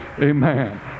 Amen